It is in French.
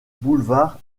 boulevard